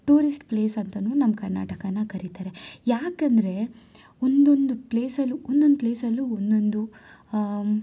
tourist place ಅಂತಾನೂ ನಮ್ಮ ಕರ್ನಾಟಕನ ಕರಿತಾರೆ ಯಾಕಂದರೆ ಒಂದೊಂದು ಪ್ಲೇಸಲ್ಲೂ ಒಂದೊಂದು ಪ್ಲೇಸಲ್ಲೂ ಒಂದೊಂದು